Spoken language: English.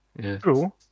True